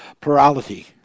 plurality